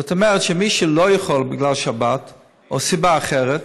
זאת אומרת שמי שלא יכול, בגלל שבת או סיבה אחרת,